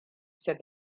said